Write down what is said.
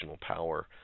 power